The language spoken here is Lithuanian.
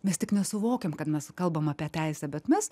mes tik nesuvokiam kad mes kalbam apie teisę bet mes